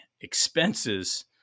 expenses